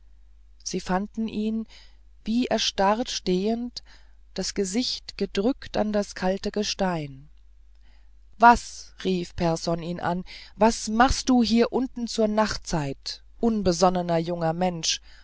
sie fanden ihn wie erstarrt stehend das gesicht gedrückt in das kalte gestein was rief pehrson ihn an was machst du hier unten zur nachtzeit unbesonnener junger mensch